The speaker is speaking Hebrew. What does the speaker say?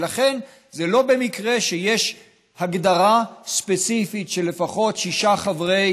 ולכן לא במקרה יש הגדרה ספציפית של לפחות שישה חברי